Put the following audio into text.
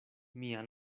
mia